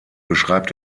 beschreibt